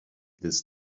this